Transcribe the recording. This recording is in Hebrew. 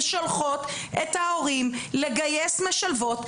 ושולחות את ההורים לגייס משלבות.